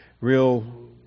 real